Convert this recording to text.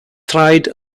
tried